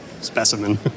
Specimen